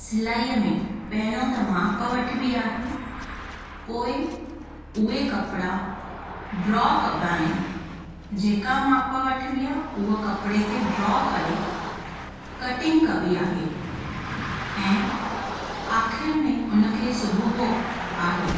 सिलाईअ में पहिरियों त माप वठबी आहे पोइ उहे कपिड़ा ड्रॉ कॿा आहिनि जेका माप वठबी आहे उहो कपिड़े ते ड्रॉ करे कटिंग कॿी आहे ऐं आख़िर में उनखे सिबॿो आहे